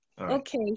Okay